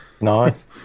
Nice